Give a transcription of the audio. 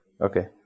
Okay